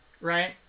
right